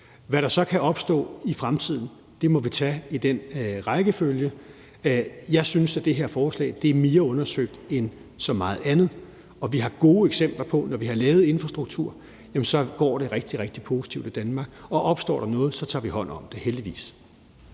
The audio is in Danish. Hvad der så kan opstå i fremtiden, må vi tage i den rækkefølge, det kommer. Jeg synes, at det her forslag er mere undersøgt end så meget andet, og vi har gode eksempler på, når vi har lavet infrastruktur, at det går rigtig, rigtig positivt i Danmark. Og opstår der noget, tager vi hånd om det, heldigvis.